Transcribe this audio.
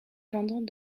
pendant